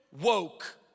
woke